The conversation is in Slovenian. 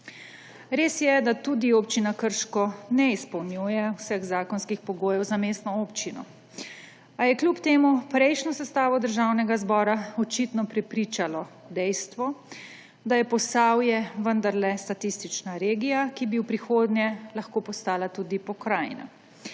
Res je, da tudi Občina Krško ne izpolnjuje vseh zakonskih pogojev za mestno občino, a je kljub temu prejšnjo sestavo državnega zbora očitno prepričalo dejstvo, da je Posavje vendarle statistična regija, ki bi v prihodnje lahko postala tudi pokrajina,